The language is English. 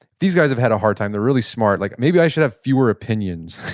these guys have had a hard time. they're really smart. like maybe i should have fewer opinions,